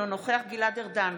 אינו נוכח גלעד ארדן,